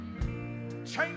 Change